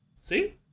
See